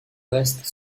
reste